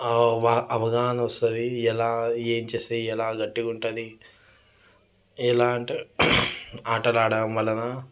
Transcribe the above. ఒక అవగాహన వస్తుంది ఎలా ఎం చేస్తే ఎలా గట్టిగా ఉంటుంది ఎలా అంటే ఆటలు ఆడడం వలన